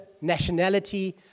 nationality